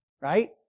right